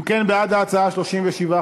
ההצעה להעביר את הצעת